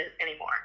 anymore